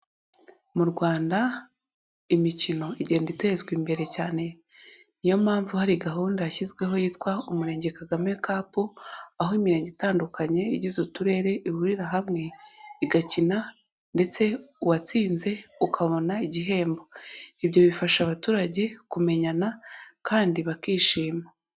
Mu Rwanda, imikino igenda itezwa imbere cyane, niyo mpamvu hari gahunda yashyizweho yitwa umurenge Kagame cup, aho imirenge itandukanye igize uturere ihurira hamwe, igakina ndetse uwatsinze ukabona igihembo. Ibyo bifasha abaturage kumenyana kandi bakishima.